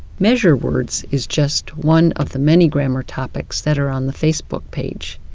measure words is just one of the many grammar topics that are on the facebook page.